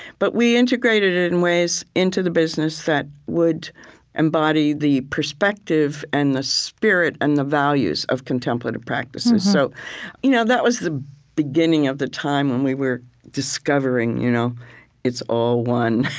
but we integrated it in ways into the business that would embody the perspective and the spirit and the values of contemplative practices so you know that was the beginning of the time when we were discovering you know it's all one.